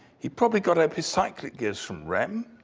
he probably got epicyclic gears from rehm,